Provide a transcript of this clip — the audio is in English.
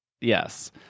yes